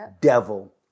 Devil